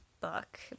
book